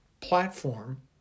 platform